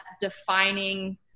defining